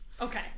Okay